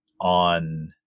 on